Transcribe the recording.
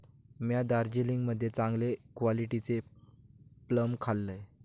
म्या दार्जिलिंग मध्ये चांगले क्वालिटीचे प्लम खाल्लंय